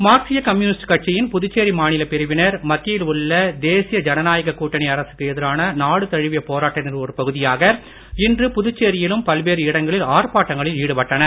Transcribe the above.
மார்க்சீய communist கட்சியின் புதுச்சேரி மாநிலப் பிரிவினர் மத்தியில் உள்ள தேசிய ஜனநாயகக் கூட்டணி அரசுக்கு எதிரான நாடு தழுவிய போராட்டத்தின் ஒரு பகுதியாக இன்று புதுச்சேரி யிலும் பல்வேறு இடங்களில் ஆர்ப்பாட்டங்களில் ஈடுபட்டனர்